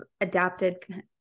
adapted